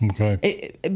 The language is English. Okay